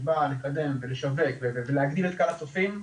שבא לקדם ולשווק ולהגדיל את קהל הצופים,